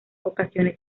ocasiones